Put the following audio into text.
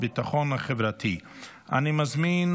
אני קובע